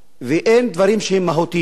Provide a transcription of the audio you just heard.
ואין דברים שהם מהותיים.